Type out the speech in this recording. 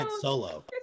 solo